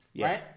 right